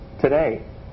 today